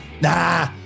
Nah